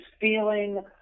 feeling